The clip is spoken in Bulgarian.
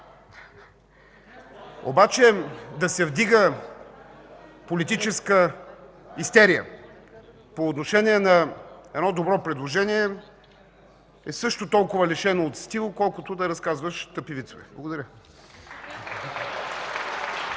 Обаче да се вдига политическа истерия по отношение на едно добро предложение е също толкава лишено от стил, колкото да разказваш тъпи вицове. Благодаря.